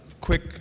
quick